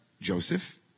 Joseph